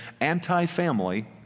anti-family